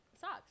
socks